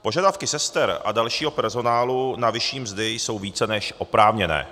Požadavky sester a dalšího personálu na vyšší mzdy jsou více než oprávněné.